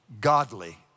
godly